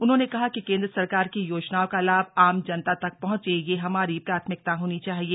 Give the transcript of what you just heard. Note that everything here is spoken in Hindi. उन्होंने कहा कि केंद्र सरकार की योजनाओं का लाभ आम जनता तक पहंचे यह हमारी प्राथमिकता होनी चाहिए